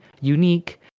unique